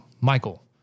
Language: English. Michael